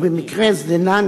ובמקרה דנן,